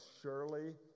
surely